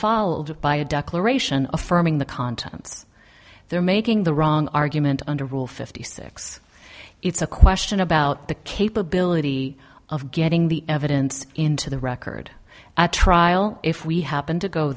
followed by a declaration affirming the contents they're making the wrong argument under rule fifty six it's a question about the capability of getting the evidence into the record at trial if we happen to go